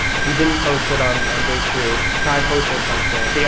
if you didn't post it on on day two, try posting something.